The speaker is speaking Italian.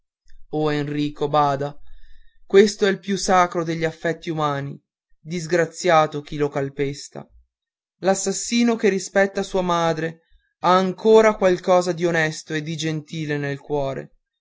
o enrico bada questo è il più sacro degli affetti umani disgraziato chi lo calpesta l'assassino che rispetta sua madre ha ancora qualcosa di onesto e di gentile nel cuore